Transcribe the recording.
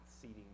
seating